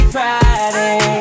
Friday